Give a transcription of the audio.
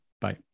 Bye